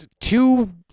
two